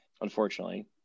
unfortunately